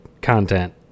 content